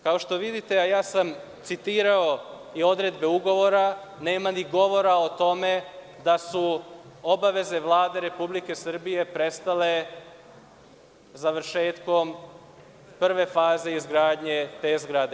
Kao što vidite, a ja sam citirao i odredbe ugovora, nema ni govora o tome da su obaveze Vlade Republike Srbije prestale završetkom prve faze izgradnje te zgrade.